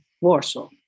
Warsaw